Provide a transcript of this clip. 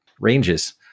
ranges